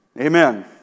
Amen